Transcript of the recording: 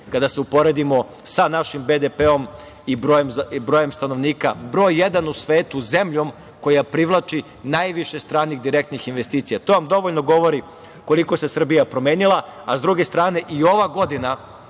kada se uporedimo sa našim BDP i brojem stanovnika, broj jedan u svetu zemljom koja privlači najviše stranih direktnih investicija. To vam dovoljno govori koliko se Srbija promenila. S druge strane, i ova godina